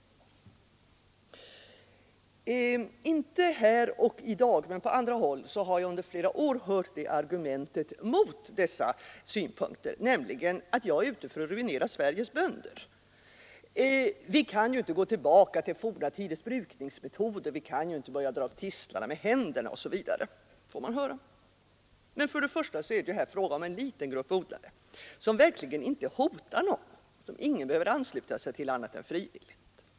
Inte här och i dag men på andra håll har jag under flera år hört det argumentet mot att biodynamiska odlingssätt och andra liknande skulle få stöd, att jag är ute för att ruinera Sveriges bönder. Vi kan ju inte gå tillbaka till forna brukningsmetoder, heter det, och dra upp tistlar för hand. Men för det första är det här fråga om en liten grupp odlare, som verkligen inte hotar någon och som ingen behöver ansluta sig till annat än frivilligt.